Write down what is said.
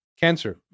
Cancer